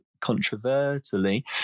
controversially